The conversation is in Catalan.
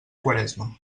quaresma